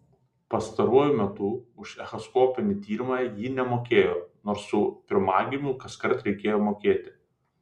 pastaruoju metu už echoskopinį tyrimą ji nemokėjo nors su pirmagimiu kaskart reikėjo mokėti